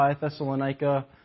Thessalonica